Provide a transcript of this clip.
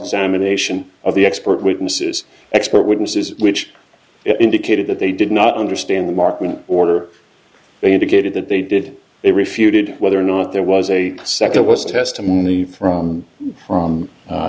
examination of the expert witnesses expert witnesses which indicated that they did not understand the market order they indicated that they did it refuted whether or not there was a second was testimony from from